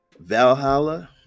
Valhalla